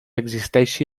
existeixi